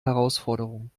herausforderung